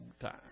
time